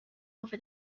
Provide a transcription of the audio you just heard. over